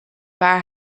waar